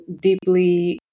deeply